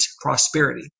prosperity